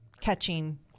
catching